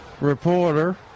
reporter